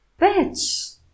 Bitch